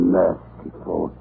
merciful